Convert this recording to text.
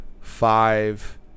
five